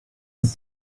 this